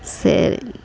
சரி